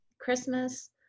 christmas